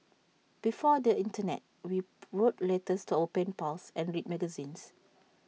before the Internet we wrote letters to our pen pals and read magazines